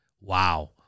Wow